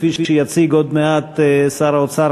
כפי שיציג עוד מעט שר האוצר,